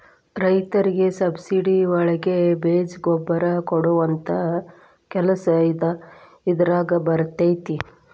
ರೈತರಿಗೆ ಸಬ್ಸಿಡಿ ಒಳಗೆ ಬೇಜ ಗೊಬ್ಬರ ಕೊಡುವಂತಹ ಕೆಲಸ ಇದಾರಗ ಬರತೈತಿ